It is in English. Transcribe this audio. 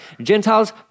Gentiles